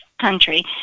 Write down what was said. country